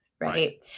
right